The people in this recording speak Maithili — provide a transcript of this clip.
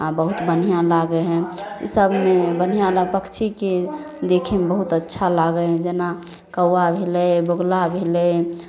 आ बहुत बढ़िऑं लागै हइ इसभमे बढ़िऑं पक्षीके देखैमे बहुत अच्छा लागै हइ जेना कौआ भेलै बोगुला भेलै